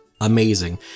amazing